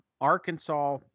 Arkansas